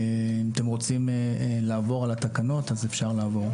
אם אתם רוצים לעבור על התקנות אז אפשר לעבור.